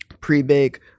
pre-bake